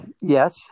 Yes